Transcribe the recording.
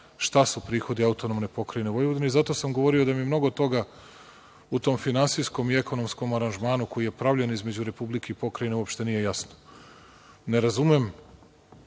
šta su prihodi AP Vojvodine i zato sam govorio da mi mnogo toga u tom finansijskom i ekonomskom aranžmanu koji je pravljen između Republike i Pokrajine, uopšte nije jasno. Ne razumem.